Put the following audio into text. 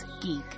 geek